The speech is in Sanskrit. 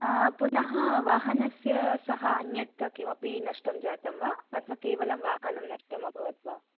पुनः वाहनस्य सह अन्यत् किमपि नष्टं जातं वा अथवा केवलं वाहनं नष्टमभवत् वा